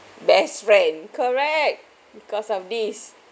best friend correct because of this